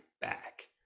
back